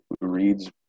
reads